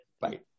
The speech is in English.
bye